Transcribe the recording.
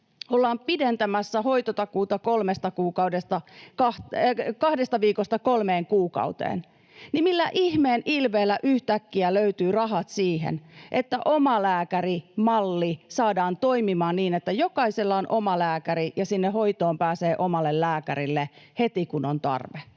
ollaan pidentämässä hoitotakuuta kahdesta viikosta kolmeen kuukauteen, niin millä ihmeen ilveellä yhtäkkiä löytyvät rahat siihen, että omalääkärimalli saadaan toimimaan niin, että jokaisella on oma lääkäri ja sinne hoitoon pääsee omalle lääkärille heti kun on tarve?